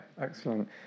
excellent